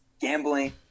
gambling